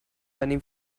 money